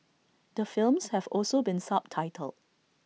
the films have also been subtitled